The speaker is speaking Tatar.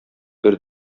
бер